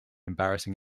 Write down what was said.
embarrassing